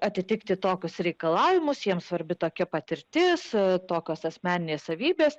atitikti tokius reikalavimus jiems svarbi tokia patirtis tokios asmeninės savybės